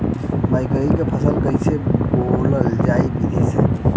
मकई क फसल कईसे बोवल जाई विधि से?